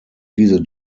diese